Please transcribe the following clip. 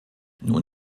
nun